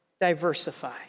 Diversify